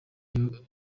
iyo